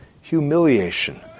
humiliation